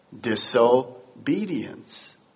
disobedience